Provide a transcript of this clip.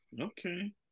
Okay